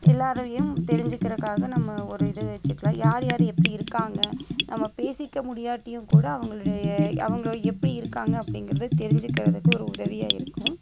எல்லோரையும் தெரிஞ்சுக்கறதுக்காக நம்ம ஒரு இது வச்சுக்கலாம் யார் யார் எப்படி இருக்காங்க நம்ம பேசிக்க முடியாட்டியும் கூட அவர்களுடைய அவர்களும் எப்படி இருக்காங்க அப்படிங்கறதை தெரிஞ்சுக்கறதுக்கு ஒரு உதவியாக இருக்கும்